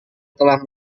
telah